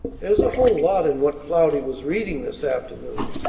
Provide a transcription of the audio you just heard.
there's a whole lot in what cloudy was reading this afternoon.